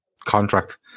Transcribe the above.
Contract